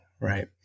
Right